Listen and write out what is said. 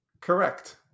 Correct